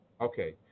Okay